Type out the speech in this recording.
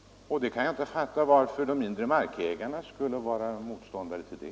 Jag kan inte fatta varför de mindre markägarna skulle vara motståndare till det.